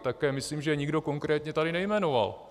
Také myslím, že nikdo konkrétně je tady nejmenoval.